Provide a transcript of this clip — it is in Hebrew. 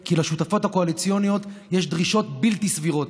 כי לשותפות הקואליציוניות יש דרישות בלתי סבירות.